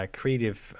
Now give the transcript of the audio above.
creative